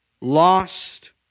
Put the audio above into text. Lost